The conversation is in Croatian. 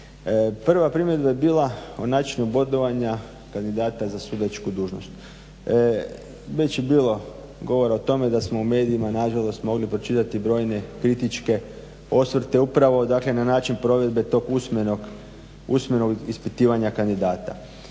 Prva primjedba je bila o načinu bodovanja kandidata za sudačku dužnost. Već je bilo govora o tome da smo u medijima nažalost mogli pročitati brojne kritičke osvrte upravo na način provedbe tog usmenog ispitivanja kandidata,